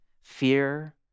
fear